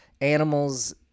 animals